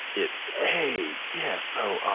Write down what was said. it's, hey. yeah, so